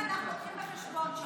אם אנחנו לוקחים בחשבון,